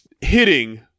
hitting